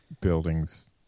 buildings